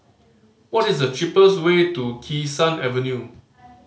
what is the cheapest way to Kee Sun Avenue